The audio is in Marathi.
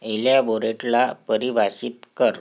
एलॅबोरेटला परिभाषित कर